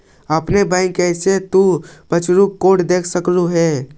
अपने बैंक के ऐप से तु वर्चुअल कार्ड देख सकलू हे